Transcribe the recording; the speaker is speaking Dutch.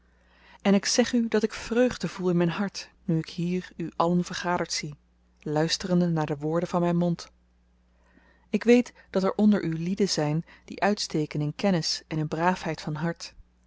en ik zeg u dat ik vreugde voel in myn hart nu ik hier u allen vergaderd zie luisterende naar de woorden van myn mond ik weet dat er onder u lieden zyn die uitsteken in kennis en in braafheid van hart